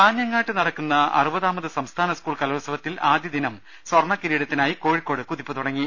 കാഞ്ഞങ്ങാട് നടക്കുന്ന അറുപതാമത് സംസ്ഥാന സ്കൂൾ കലോ ത്സവത്തിൽ ആദ്യദിനം സ്വർണക്കിരീടത്തിനായി കോഴിക്കോട് കുതിപ്പ് തുടങ്ങി